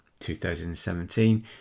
2017